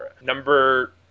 number